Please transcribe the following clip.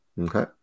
Okay